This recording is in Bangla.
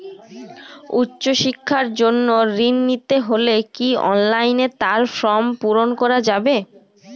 উচ্চশিক্ষার জন্য ঋণ নিতে হলে কি অনলাইনে তার ফর্ম পূরণ করা যাবে?